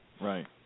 right